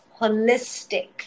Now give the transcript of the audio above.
holistic